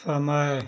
समय